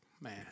Man